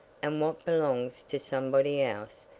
and what belongs to somebody else,